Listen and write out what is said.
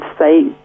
say